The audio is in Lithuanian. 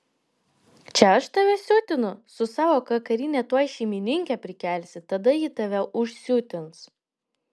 čia aš tave siutinu su savo kakarine tuoj šeimininkę prikelsi tada ji tave užsiutins